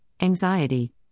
anxiety